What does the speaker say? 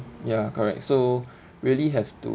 ya correct so really have to